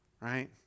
Right